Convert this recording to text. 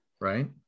right